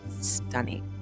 stunning